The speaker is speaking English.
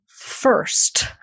First